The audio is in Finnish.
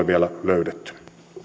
vielä löydetty ja